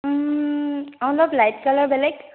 অলপ light colour বেলেগ